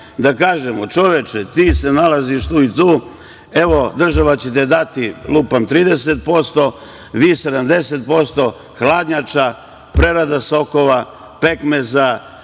da kažemo, čoveče, ti se nalaziš tu i tu, evo država će ti dati 30%, vi 70%, hladnjača, prerada sokova, pekmeza,